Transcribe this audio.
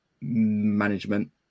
management